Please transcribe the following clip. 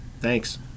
Thanks